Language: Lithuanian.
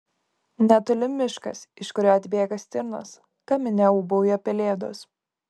netoli miškas iš kurio atbėga stirnos kamine ūbauja pelėdos